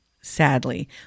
sadly